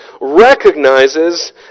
recognizes